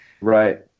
Right